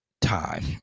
time